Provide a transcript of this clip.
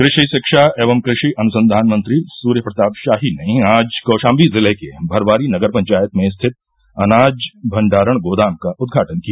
कृषि शिक्षा एवं कृषि अनुसंधान मंत्री सूर्य प्रताप शाही ने आज कौशाम्बी जिले के भरवारी नगर पंचायत में स्थित अनाज भंडारण गोदाम का उद्घाटन किया